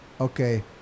Okay